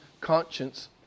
conscience